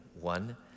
one